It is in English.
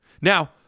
now